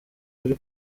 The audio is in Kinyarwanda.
kuri